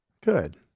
good